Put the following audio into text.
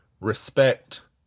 respect